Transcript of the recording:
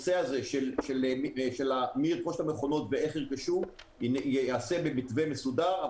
השאלה מי ירכוש את המכונות ואיך ירכשו ייעשה במתווה מסודר.